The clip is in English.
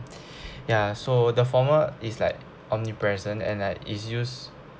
ya so the former is like omnipresent and like is use